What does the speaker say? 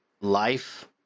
life